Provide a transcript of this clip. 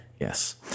yes